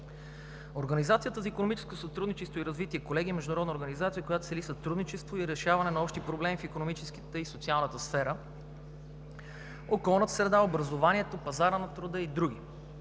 Организацията за икономическо сътрудничество и развитие, колеги, е международна организация, която цели сътрудничество и решаване на общи проблеми в икономическата и социалната сфера, околната среда, образованието, пазара на труда и други.